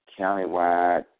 countywide